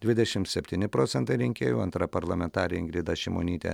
dvidešimt septyni procentai rinkėjų antra parlamentarė ingrida šimonytė